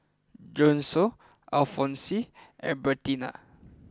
Judson Alfonse and Bertina